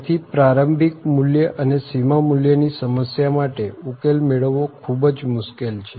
તેથી પ્રારંભિક મૂલ્ય અને સીમા મૂલ્યની સમસ્યા માટે ઉકેલ મેળવવો ખૂબ જ મુશ્કેલ છે